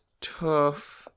tough